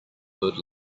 good